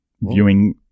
viewing